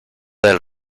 del